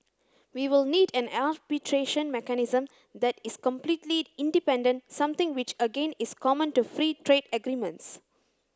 we will need an arbitration mechanism that is completely independent something which again is common to free trade agreements